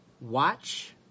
Watch